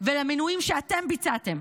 ולמינויים שאתם ביצעתם,